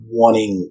wanting